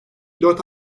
dört